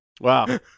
Wow